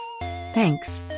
Thanks